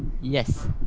Yes